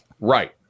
Right